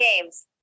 Games